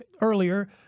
earlier